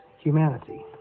humanity